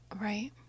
Right